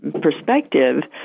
perspective